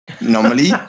normally